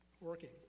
working